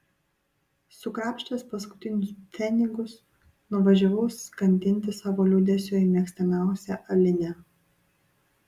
sukrapštęs paskutinius pfenigus nuvažiavau skandinti savo liūdesio į mėgstamiausią alinę